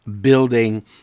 building